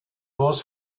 was